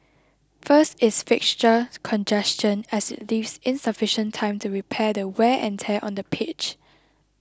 first is fixture congestion as it leaves insufficient time to repair the wear and tear on the pitch